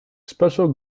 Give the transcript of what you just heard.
special